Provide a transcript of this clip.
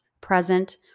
present